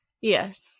Yes